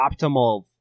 optimal